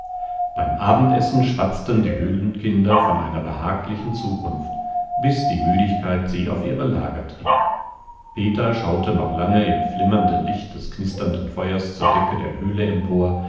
beim abendessen schwatzten die höhlenkinder von einer behaglichen zukunft bis die müdigkeit sie auf ihre lager trieb peter schaute noch lange im flimmernden lichte des knisternden feuers zur decke der höhle empor